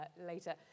later